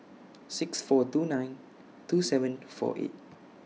six four two nine two seven four eight